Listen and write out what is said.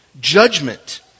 judgment